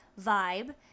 vibe